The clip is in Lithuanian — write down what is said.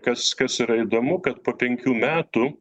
kas kas yra įdomu kad po penkių metų